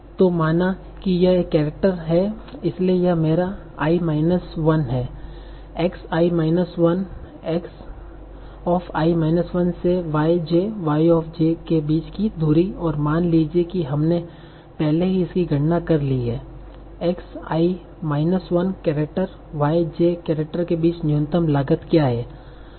तो माना कि यह एक केरेक्टर है इसलिए यह मेरा i माइनस 1 है X i माइनस 1 X से Y j Y के बीच की दूरी और मान लीजिए कि हमने पहले ही इसकी गणना कर ली है X i माइनस 1 केरेक्टर और Y j केरेक्टर के बीच न्यूनतम लागत क्या है